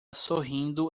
sorrindo